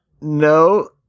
No